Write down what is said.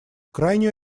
крайнюю